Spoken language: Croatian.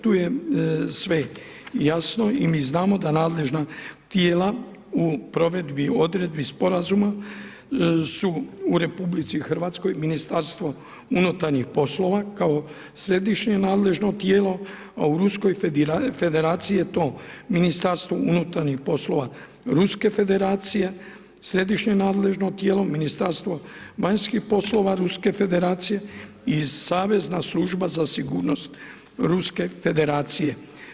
Tu je sve jasno i mi znamo da nadležna tijela u provedbi, odredbi sporazuma, su u RH ministarstvo unutarnjih poslova, kao središnje nadležno tijelo, a u Ruskoj federaciji je to Ministarstvo unutarnje poslova Ruske federacije središnje nadležno tijelo, Ministarstvo vanjskih poslova Ruske federacije i Savezne služba za sigurnost Ruske federacije.